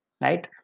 right